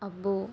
అబ్బో